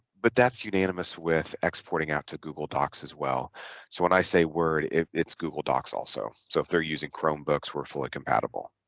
but that's unanimous with exporting out to google docs as well so when i say word if it's google docs also so if they're using chromebooks were fully compatible